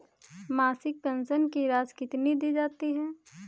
मासिक पेंशन की राशि कितनी दी जाती है?